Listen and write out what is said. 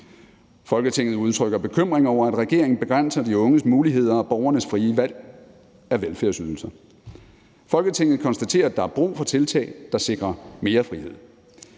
Folketinget udtrykker bekymring over, at regeringen begrænser de unges muligheder og borgernes frie valg af velfærdsydelser. Folketinget konstaterer, at der er brug for tiltag, der sikrer mere frihed.